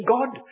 God